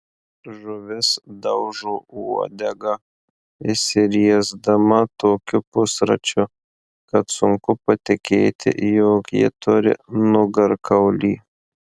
žuvis daužo uodega išsiriesdama tokiu pusračiu kad sunku patikėti jog ji turi nugarkaulį